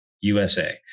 USA